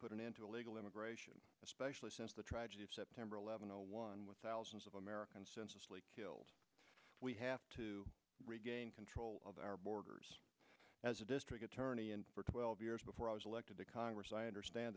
end to illegal immigration especially since the tragedy of september eleventh one with thousands of americans killed we have to regain control of our borders as a district attorney and for twelve years before i was elected to congress i understand